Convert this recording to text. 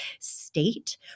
state